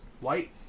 White